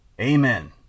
Amen